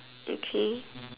okay